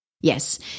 Yes